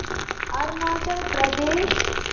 Arunachal Pradesh